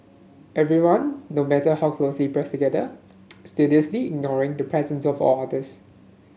everyone no matter how closely pressed together studiously ignoring the presence of all others